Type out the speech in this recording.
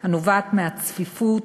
הנובעת מהצפיפות